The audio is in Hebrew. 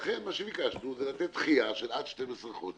לכן ביקשנו לתת דחייה של עד 12 חודשים,